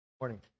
Morning